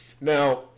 now